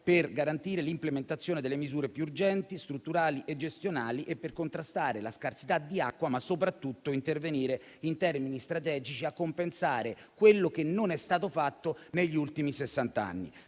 per garantire l'implementazione delle misure più urgenti, strutturali e gestionali, per contrastare la scarsità di acqua, ma soprattutto per intervenire in termini strategici a compensare quello che non è stato fatto negli ultimi